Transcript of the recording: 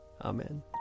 Amen